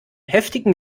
heftigen